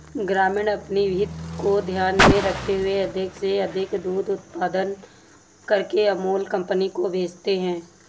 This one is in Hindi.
ग्रामीण अपनी हित को ध्यान में रखते हुए अधिक से अधिक दूध उत्पादन करके अमूल कंपनी को भेजते हैं